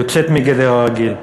יוצאת מגדר הרגיל.